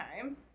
time